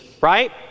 right